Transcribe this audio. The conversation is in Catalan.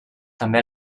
també